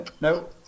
No